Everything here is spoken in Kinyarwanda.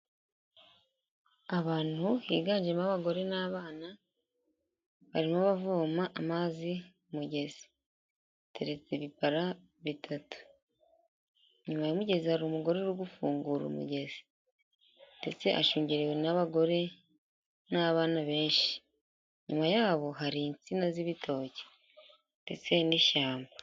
Abantu higanjemo abagore n'abana, barimo bavoma amazi mugezi. Haretse ibipara bitatu, inyuma y'umugezi hari umugore uri gufungura umugezi, ndetse ashungerewe n'abagore, n'abana benshi, inyuma yabo hari insina z'ibitoki ndetse n'ishyamba.